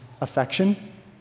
affection